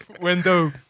Window